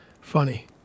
funny